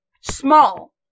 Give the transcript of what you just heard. Small